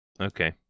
Okay